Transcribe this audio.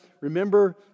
remember